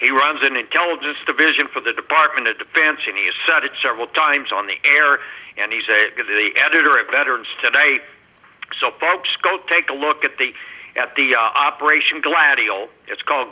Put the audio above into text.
he runs an intelligence division for the department of defense and he's said it several times on the air and he said because of the editor of veterans today so folks go take a look at the at the operation gladio it's called